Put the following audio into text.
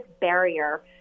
barrier